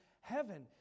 heaven